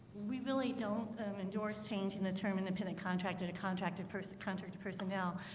we really don't and and change in the term independent contractor to contracted person contractor personnel.